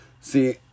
See